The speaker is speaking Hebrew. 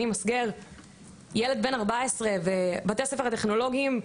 אני מסגר.״ ילד בן 14. בבתי הספר הטכנולוגיים,